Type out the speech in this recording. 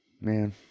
man